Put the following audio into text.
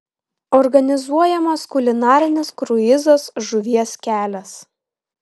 organizuojamas kulinarinis kruizas žuvies kelias